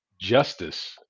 justice